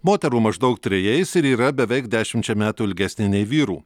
moterų maždaug trejais ir yra beveik dešimčia metų ilgesnė nei vyrų